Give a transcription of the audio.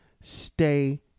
Stay